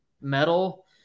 metal